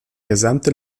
gesamte